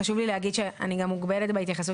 חשוב לי להגיד שאני גם מוגבלת בהתייחסות